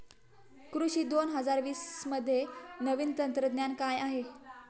कृषी दोन हजार वीसमध्ये नवीन तंत्रज्ञान काय आहे?